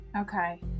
Okay